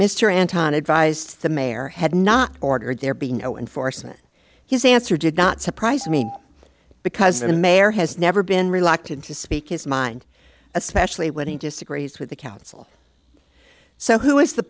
mr anton advised the mayor had not ordered there be no enforcement his answer did not surprise me because the mayor has never been reluctant to speak his mind especially when he disagrees with the council so who is the